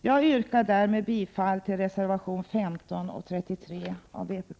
Jag yrkar bifall till reservationerna 15 och 33 av vpk.